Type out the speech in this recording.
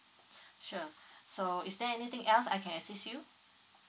sure so is there anything else I can assist you